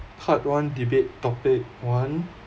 part one debate topic one